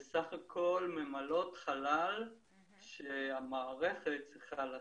ממלאות חלל שהמערכת צריכה לשאת.